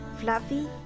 fluffy